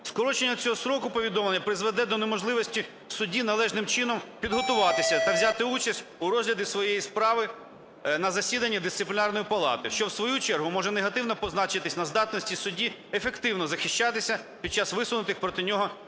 Скорочення цього строку повідомлення призведе до неможливості судді належним чином підготуватися та взяти участь в розгляді своєї справи на засіданні Дисциплінарної палати, що в свою чергу може негативно позначитись на здатності судді ефективно захищатися під час висунутих проти нього